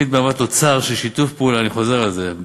אני מקשיבה.